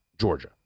Georgia